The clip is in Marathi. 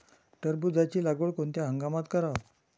टरबूजाची लागवड कोनत्या हंगामात कराव?